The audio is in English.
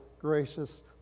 gracious